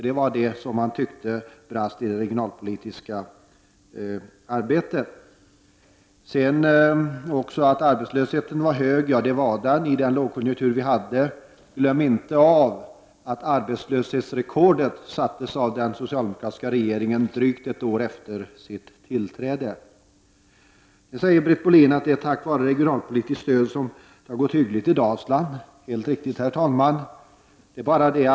Det var vad man ansåg brast i den dåvarande regeringens regionalpolitiska arbete. Britt Bohlin sade att arbetslösheten var hög, och det var den under den rådande lågkonjunkturen. Men glöm inte att arbetslöshetsrekordet sattes av den socialdemokratiska regeringen drygt ett år efter det att den hade tillträtt. Britt Bohlin sade vidare att det är tack vara regionalpoltiskt stöd som det har gått hyggligt för Dalsland, och det är helt riktigt.